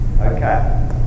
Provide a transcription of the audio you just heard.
Okay